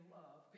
love